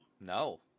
No